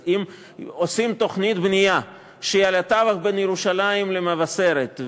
אז אם עושים תוכנית בנייה שהיא על התווך בין ירושלים למבשרת,